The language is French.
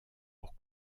pour